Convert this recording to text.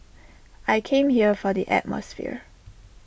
I came here for the atmosphere